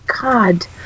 God